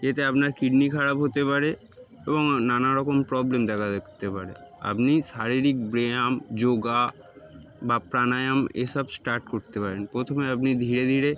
এতে আপনার কিডনি খারাপ হতে পারে এবং নানারকম প্রবলেম দেখা করতে পারে আপনি শারীরিক ব্যায়াম যোগা বা প্রাণায়াম এসব স্টার্ট করতে পারেন প্রথমে আপনি ধীরে ধীরে